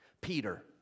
Peter